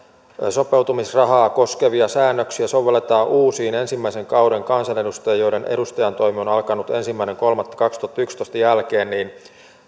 sopeutumisrahaa koskevia säännöksiä sovelletaan uusiin ensimmäisen kauden kansanedustajiin joiden edustajantoimi on alkanut ensimmäinen kolmatta kaksituhattayksitoista jälkeen niin